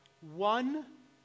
one